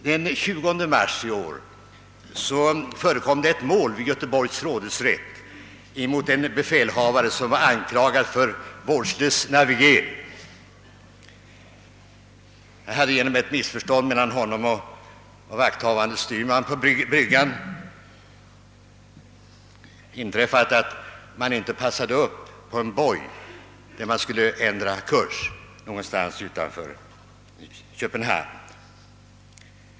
Den 20 mars i år förekom ett mål vid Göteborgs rådhusrätt mot en befälhavare, som var anklagad för vårdslös navigering. Det hade genom misstag mellan honom och vakthavande styrmannen på bryggan inträffat, att man inte passade upp på en boj, när man skulle ändra kurs någonstans utanför Köpenhamn.